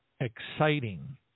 exciting